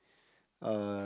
uh